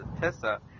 Tessa